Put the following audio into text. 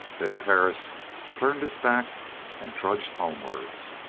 then perris turned his back and trudged homewards.